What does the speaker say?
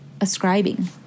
ascribing